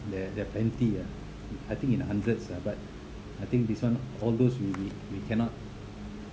there there plenty uh I think in the hundreds ah but I think this one all those we we cannot